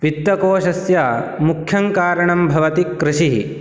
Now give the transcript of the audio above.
वित्तकोशस्य मुख्यं कारणं भवति कृषिः